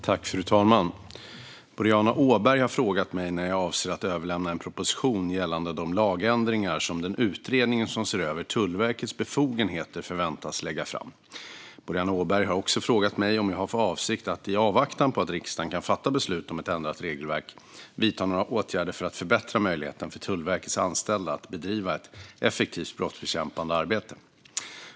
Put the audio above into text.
Fru talman! Boriana Åberg har frågat mig när jag avser att överlämna en proposition gällande de lagändringar som den utredning som ser över Tullverkets befogenheter förväntas lägga fram. Boriana Åberg har också frågat mig om jag har för avsikt att, i avvaktan på att riksdagen kan fatta beslut om ett ändrat regelverk, vidta några åtgärder för att förbättra möjligheterna för Tullverkets anställda att bedriva ett effektivt brottsbekämpande arbete.